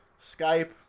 Skype